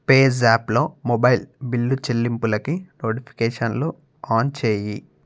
పేజాప్లో mobile bill చెల్లింపులకి నోటిఫికేషన్లు on చేయి